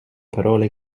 parole